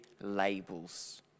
labels